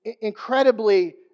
incredibly